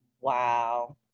Wow